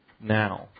now